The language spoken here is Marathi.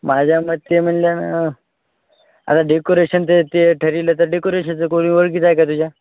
माझ्या मते म्हणल्याने आता डेकोरेशन ते ते ठरविलं तर डेकोरेशनचं कोणी ओळखीचं आहे का तुझ्या